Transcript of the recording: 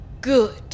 good